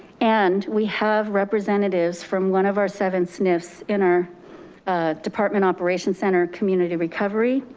and we have representatives from one of our seven snfs, in our department operation center, community recovery,